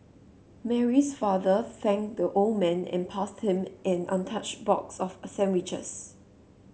Mary's father thanked the old man and passed him an untouched box of a sandwiches